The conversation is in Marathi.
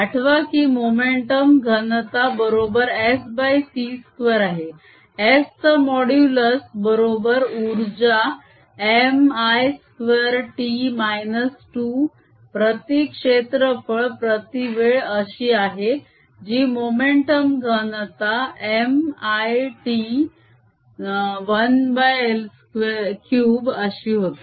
आठवा की मोमेंटम घनता बरोबर sc2 आहे s चा मोडूलस बरोबर उर्जा m l 2 t - 2 प्रती क्षेत्रफळ प्रती वेळ अशी आहे जी मोमेंटम घनता m l t 1l 3 अशी होते